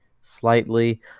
slightly